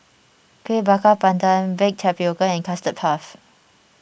Kueh Bakar Pandan Baked Tapioca and Custard Puff